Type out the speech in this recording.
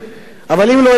אבל אם לא יהיה חוק מחייב,